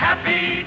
Happy